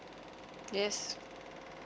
yes